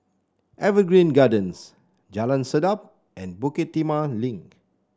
Evergreen Gardens Jalan Sedap and Bukit Timah Link